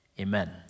amen